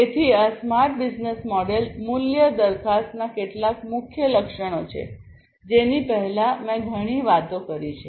તેથી આ smart business model મૂલ્ય દરખાસ્તના કેટલાક મુખ્ય લક્ષણો છે જેની પહેલાં મેં ઘણી વાતો કરી છે